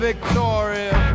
Victoria